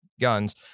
guns